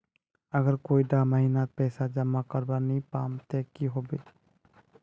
अगर कोई डा महीनात पैसा जमा करवा नी पाम ते की होबे?